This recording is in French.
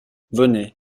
venez